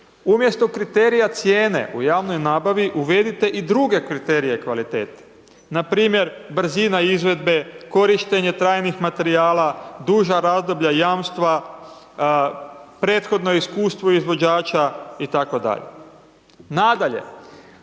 umjesto kriterija cijene u javnoj nabavi, uvedite i druge kriterije kvalitete, npr. brzina izvedbe, korištenje trajnih materijala, duža razdoblja jamstva, prethodno iskustvo izvođača itd. Nadalje,